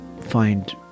find